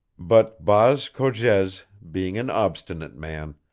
but baas cogez being an obstinate man,